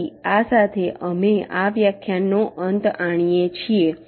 તેથી આ સાથે અમે આ વ્યાખ્યાનનો અંત આણીએ છીએ